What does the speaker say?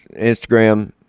Instagram